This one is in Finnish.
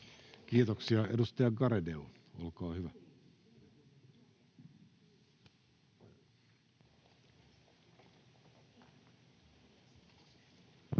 Kiitoksia. — Edustaja Garedew, olkaa hyvä.